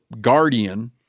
guardian